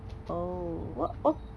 oh oh oh